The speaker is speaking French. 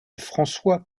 françois